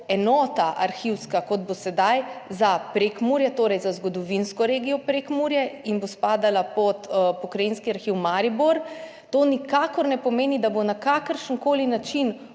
enota, kot bo sedaj za Prekmurje, torej za zgodovinsko regijo Prekmurje in bo spadala pod Pokrajinski arhiv Maribor, to nikakor ne pomeni, da bo na kakršen koli način